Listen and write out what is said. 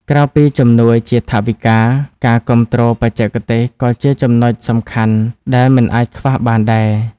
ក្រៅពីជំនួយជាថវិកា ការគាំទ្របច្ចេកទេសក៏ជាចំណុចសំខាន់ដែលមិនអាចខ្វះបានដែរ។